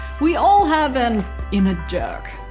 we all have an inner jerk.